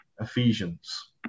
Ephesians